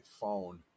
phone